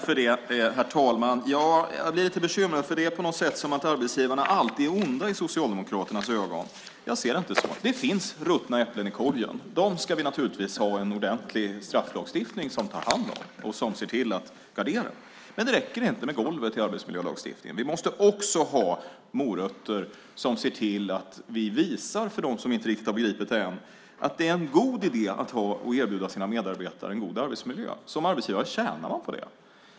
Herr talman! Jag blir lite bekymrad, för det är på något sätt som om arbetsgivarna alltid är onda i Socialdemokraternas ögon. Jag ser det inte så. Det finns ruttna äpplen i korgen. Vi ska naturligtvis ha en ordentlig strafflagstiftning som tar hand om dem och som ser till att gardera mot dem. Men det räcker inte med golvet i arbetsmiljölagstiftningen. Vi måste också ha morötter som gör att vi visar för dem som inte riktigt har begripit det än att det är en god idé att ha och erbjuda sina medarbetare en god arbetsmiljö. Som arbetsgivare tjänar man på det.